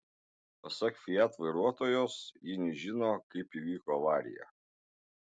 pasak fiat vairuotojos ji nežino kaip įvyko avarija